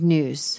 News